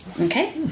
Okay